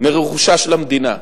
מרכושה של המדינה.